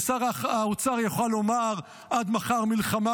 ושר האוצר יכול לומר עד מחר "מלחמה,